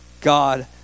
God